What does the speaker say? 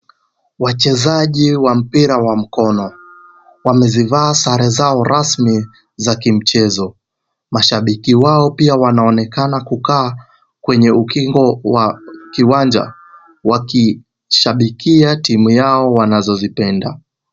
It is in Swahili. Wachezaji wa mpira wa mkono wamevaa sare zao rasmi za kimchezo. Mashabiki wao pia wanaonekana kukaa kwenye ukingo wa uwanja wakishabikia timu yao wanazozipenda.